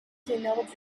ténor